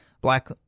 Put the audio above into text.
black